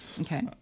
Okay